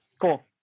Cool